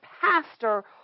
pastor